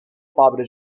pobra